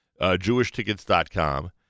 jewishtickets.com